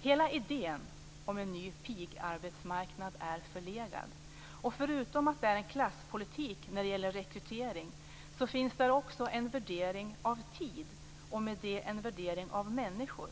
Hela idén om en ny pigarbetsmarknad är förlegad. Förutom att det är en klasspolitik när det gäller rekrytering finns där också en värdering av tid, och med det en värdering av människor.